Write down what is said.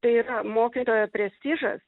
tai yra mokytojo prestižas